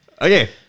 okay